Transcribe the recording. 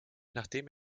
nachdem